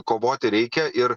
kovoti reikia ir